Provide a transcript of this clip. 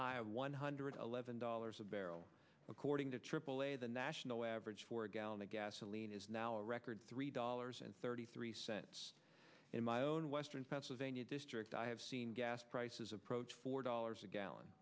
of one hundred eleven dollars a barrel according to aaa the national average for a gallon of gasoline is now a record three dollars and thirty three cents in my own western pennsylvania district i have seen gas prices approach four dollars a gallon